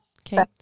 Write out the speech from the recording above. Okay